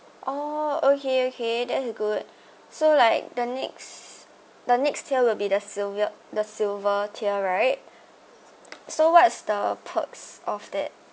oh okay okay that's good so like the next the next tier will be the silver the silver tier right so what's the perks of that